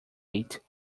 eight